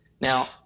Now